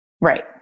Right